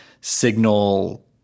signal